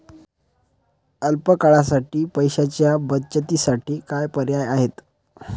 अल्प काळासाठी पैशाच्या बचतीसाठी काय पर्याय आहेत?